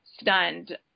stunned